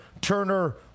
Turner